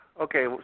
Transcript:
okay